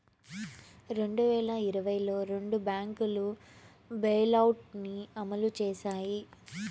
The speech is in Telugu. రెండు వేల ఇరవైలో రెండు బ్యాంకులు బెయిలౌట్ ని అమలు చేశాయి